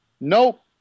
Nope